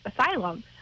Asylum